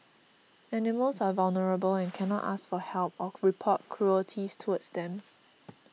animals are vulnerable and cannot ask for help or report cruelties towards them